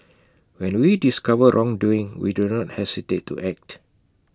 when we discover wrongdoing we do not hesitate to act